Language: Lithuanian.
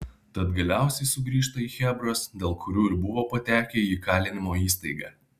tad galiausiai sugrįžta į chebras dėl kurių ir buvo patekę į įkalinimo įstaigą